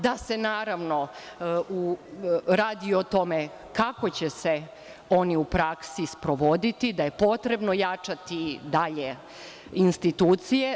Da se naravno radi o tome kako će se oni u praksi sprovoditi, da je potrebno jačati dalje institucije.